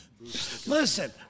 Listen